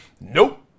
Nope